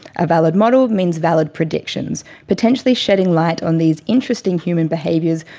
a valid model means valid predictions, potentially shedding light on these interesting human behaviours,